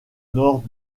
nord